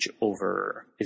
over